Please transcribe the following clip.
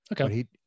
Okay